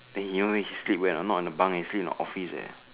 then you know where he sleep where not in the bunk sleep at the office eh